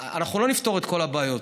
אנחנו לא נפתור את כל הבעיות.